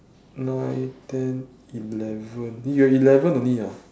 nine ten eleven you have eleven only ah